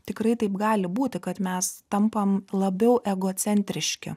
tikrai taip gali būti kad mes tampam labiau egocentriški